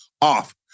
off